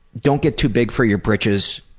don't get too big for your britches.